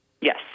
Yes